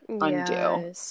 undo